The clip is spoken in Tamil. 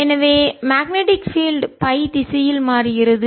எனவே மேக்னடிக் பீல்டு காந்தப்புலம் பை திசையில் மாறுகிறது